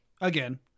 again